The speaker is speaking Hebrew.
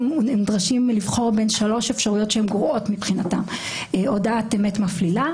נדרשים לבחור בין שלוש אפשרויות שהן גרועות מבחינתו: הודעת אמת מפלילה,